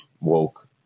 woke